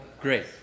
great